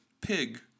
pig